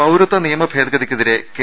പൌരത്വ നിയമ ഭേദഗതിക്കെതിരെ കെ